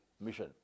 mission